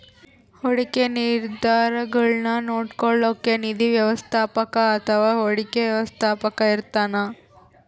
ಹೂಡಿಕೆ ನಿರ್ಧಾರಗುಳ್ನ ನೋಡ್ಕೋಳೋಕ್ಕ ನಿಧಿ ವ್ಯವಸ್ಥಾಪಕ ಅಥವಾ ಹೂಡಿಕೆ ವ್ಯವಸ್ಥಾಪಕ ಇರ್ತಾನ